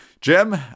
Jim